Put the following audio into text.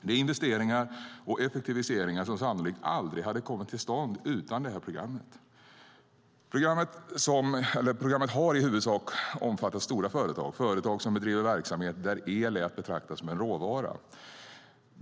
Det är investeringar och effektiviseringar som sannolikt aldrig hade kommit till stånd utan det här programmet. Programmet har i huvudsak omfattat stora företag som bedriver verksamhet där el är att betrakta som en råvara.